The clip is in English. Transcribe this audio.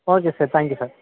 okay sir thank you sir